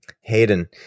Hayden